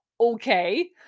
Okay